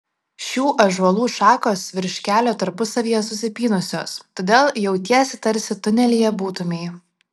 šių ąžuolų šakos virš kelio tarpusavyje susipynusios todėl jautiesi tarsi tunelyje būtumei